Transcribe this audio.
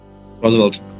Roosevelt